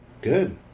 Good